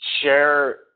share